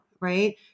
right